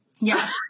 Yes